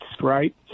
Right